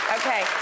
Okay